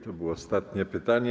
To było ostatnie pytanie.